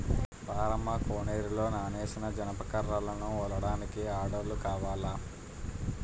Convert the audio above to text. పారమ్మ కోనేరులో నానేసిన జనప కర్రలను ఒలడానికి ఆడోల్లు కావాల